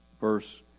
Verse